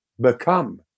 become